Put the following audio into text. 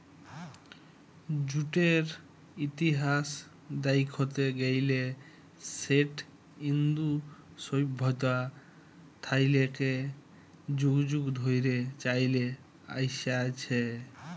জুটের ইতিহাস দ্যাইখতে গ্যালে সেট ইন্দু সইভ্যতা থ্যাইকে যুগ যুগ ধইরে চইলে আইসছে